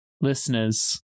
Listeners